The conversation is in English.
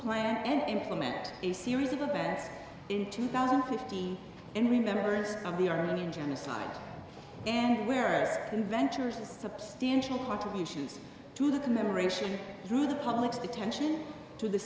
plan and implement a series of events in two thousand and fifty in remembrance of the armenian genocide and where inventors are substantial contributions to the commemoration through the public's attention to the